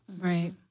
Right